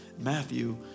Matthew